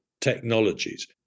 technologies